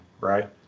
Right